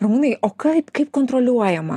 ramūnai o kaip kaip kontroliuojama